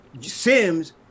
Sims